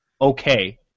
okay